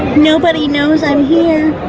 nobody knows i'm here,